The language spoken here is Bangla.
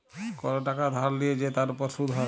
কল টাকা ধার লিয়ে যে তার উপর শুধ হ্যয়